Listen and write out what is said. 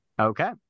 Okay